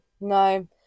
no